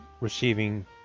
receiving